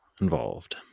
involved